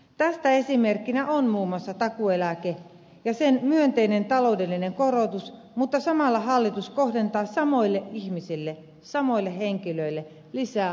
tästä esimerkkinä on muun muassa takuueläke ja sen myönteinen taloudellinen korotus mutta samalla hallitus kohdentaa samoille ihmisille samoille henkilöille lisää asiakasmaksuja